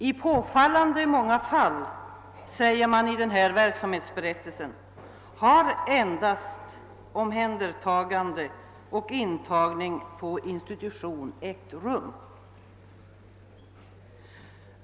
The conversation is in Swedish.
»I påfallande många fall har endast omhändertagande och intagning på institutionen ägt rum», heter det i verksamhetsberättelsen.